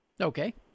okay